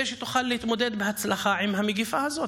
שהיא תוכל להתמודד בהצלחה עם המגפה הזאת.